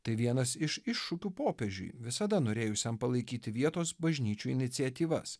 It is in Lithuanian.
tai vienas iš iššūkių popiežiui visada norėjusiam palaikyti vietos bažnyčių iniciatyvas